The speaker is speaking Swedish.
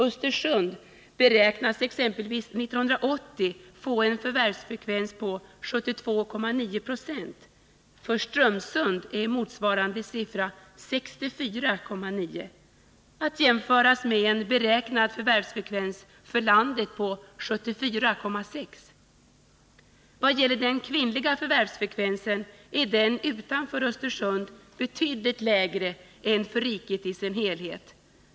Östersund beräknas exempelvis 1980 få en förvärvsfrekvens på 72,9 96, för Strömsund är motsvarande siffra 64,9 — att jämföras med en beräknad förvärvsfrekvens för landet på 74,6. Vad gäller den kvinnliga förvärvsfrekvensen är den utanför Östersund betydligt lägre än för riket i dess helhet.